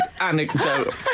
anecdote